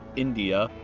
india,